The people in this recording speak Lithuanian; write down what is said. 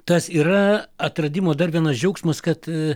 tas yra atradimo dar vienas džiaugsmas kad